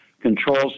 controls